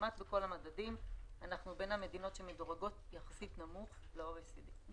כמעט בכל המדדים אנחנו בין המדינות שמדורגות יחסית נמוך לא טוב ל-OECD.